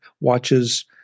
watches